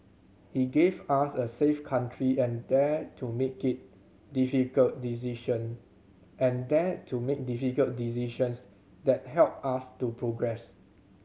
he gave us a safe country and dared to make it difficult decision and dared to make difficult decisions that helped us to progress